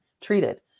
Treated